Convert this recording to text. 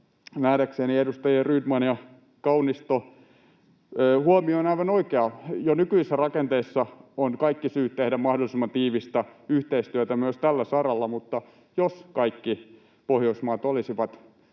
Nähdäkseni edustajien Rydman ja Kaunisto huomio on aivan oikea. Jo nykyisissä rakenteissa on kaikki syyt tehdä mahdollisimman tiivistä yhteistyötä myös tällä saralla, mutta jos kaikki Pohjoismaat olisivat